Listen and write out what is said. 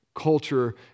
culture